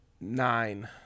Nine